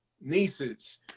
nieces